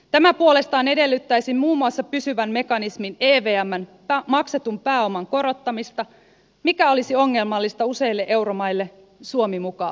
tämä puolestaan edellyttäisi muun muassa pysyvän mekanismin evmn maksetun pääoman korottamista mikä olisi ongelmallista useille euromaille suomi mukaan lukien